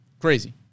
Crazy